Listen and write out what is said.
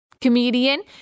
comedian